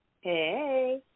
Hey